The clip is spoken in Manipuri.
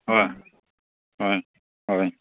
ꯍꯣꯏ ꯍꯣꯏ ꯍꯣꯏ